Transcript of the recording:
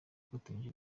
ifatanyije